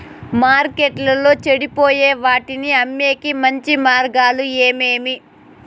మార్కెట్టులో చెడిపోయే వాటిని అమ్మేకి మంచి మార్గాలు ఏమేమి